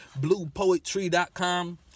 BluePoetry.com